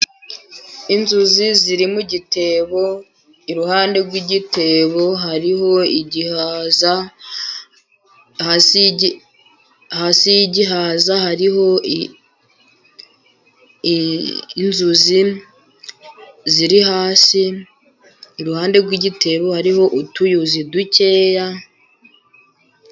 Inzuzi ziri mu gitebo, iruhande rw'igitebo hariho igihaza, hasi y'igihaza hariho inzuzi ziri hasi, iruhande rw'igitebo hariho utuyuzi dukeya.